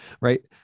right